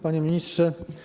Panie Ministrze!